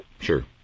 Sure